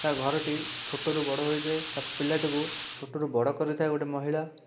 ତା' ଘରଟି ଛୋଟରୁ ବଡ଼ ହୋଇଯାଏ ପିଲାଟିକୁ ଛୋଟରୁ ବଡ଼ କରିଥାଏ ଗୋଟେ ମହିଳା